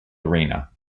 arena